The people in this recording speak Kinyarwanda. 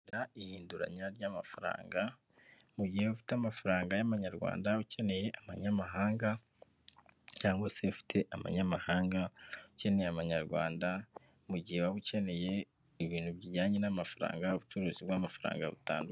Ihinduranya ry'amafaranga mu gihe ufite amafaranga y'amanyarwanda ukeneye amanyamahanga cyangwa se ufite amanyamahanga ukeneye amanyarwanda, mu gihe waba ukeneye ibintu bijyanye n'amafaranga, ubucuruzi bw'amafaranga butandu...